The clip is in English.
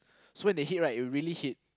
so when they hit right it really hit